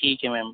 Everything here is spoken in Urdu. ٹھیک ہے میم